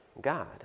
God